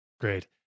Great